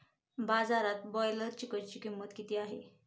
बाजारात ब्रॉयलर चिकनची किंमत किती आहे?